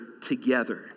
together